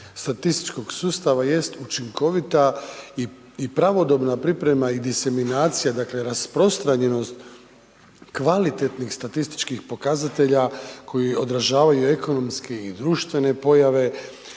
statističkog sustava jest učinkovita i pravodobna priprema, i diseminacija, dakle rasprostranjenost kvalitetnih statističkih pokazatelja koji odražavaju ekonomske i društvene pojave,